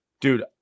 dude